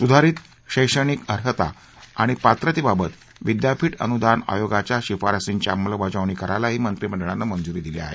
सुधारीत शैक्षणिक अर्हता आणि पात्रतेबाबत विद्यापीठ अनुदान आयोगाच्या शिफारसींची अंमलबजावणी करायलाही मंत्रीमंडळानं मंजुरी दिली आहे